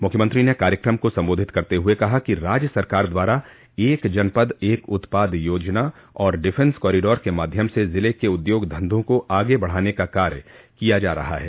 मख्यमंत्री ने कार्यकम को सम्बोधित करते हुए कहा कि राज्य सरकार द्वारा एक जनपद एक उत्पाद योजना और डिफेंस कॉरिडोर के माध्यम से ज़िले के उद्योग धंधों को आगे बढ़ाने का कार्य किया जा रहा है